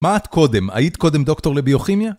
מה את קודם? היית קודם דוקטור לביוכימיה?